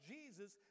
Jesus